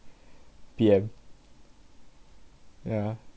P_M yeah